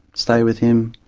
stay with him.